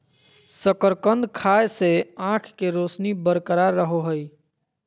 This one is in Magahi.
शकरकंद खाय से आंख के रोशनी बरकरार रहो हइ